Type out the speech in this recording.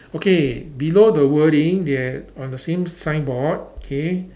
okay below the wording they're on the same signboard okay